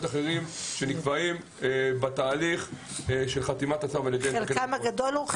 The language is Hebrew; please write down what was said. אחרים שנקבעים בתהליך של חתימת הצו.